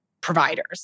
providers